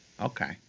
Okay